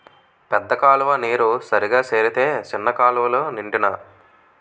పెద్ద కాలువ నీరు సరిగా సేరితే సిన్న కాలువలు నిండునా